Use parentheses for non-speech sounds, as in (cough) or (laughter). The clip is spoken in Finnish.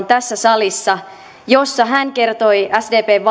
(unintelligible) tässä salissa pitämä puheenvuoro jossa hän kertoi sdpn (unintelligible)